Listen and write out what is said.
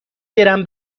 گرم